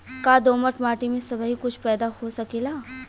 का दोमट माटी में सबही कुछ पैदा हो सकेला?